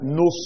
no